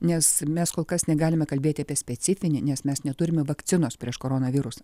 nes mes kol kas negalime kalbėti apie specifinį nes mes neturime vakcinos prieš koronavirusą